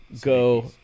go –